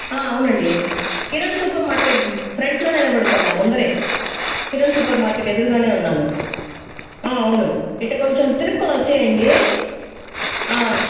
అవునండి Kiran super market ఫ్రంట్లోనే నిలబడుకుని ఉన్నాము ముందరే కిరణ్ సూపర్ మార్కెట్ ఎదురుగానే ఉన్నాను అవును ఇట్లా కొంచెం తిరుక్కొని వచ్చెయ్యండి